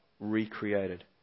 recreated